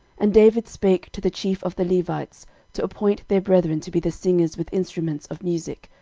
and david spake to the chief of the levites to appoint their brethren to be the singers with instruments of musick,